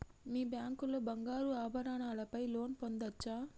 మీ bank లో బంగారు ఆభరణాల పై లోన్ పొందచ్చా?